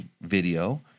video